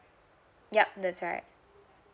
yup that's right